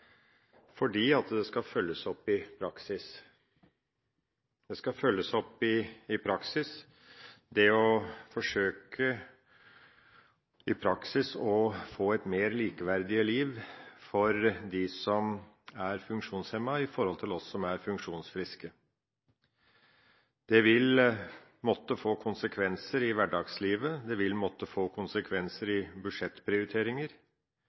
fordi det skal følges opp i praksis. Det skal følges opp i praksis det å forsøke å få et mer likeverdig liv for dem som er funksjonshemmet, i forhold til oss som er funksjonsfriske. Det vil måtte få konsekvenser i hverdagslivet, det vil måtte få konsekvenser i budsjettprioriteringer,